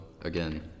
again